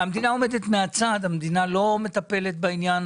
המדינה לא מטפלת בעניין